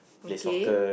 okay